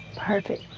perfect!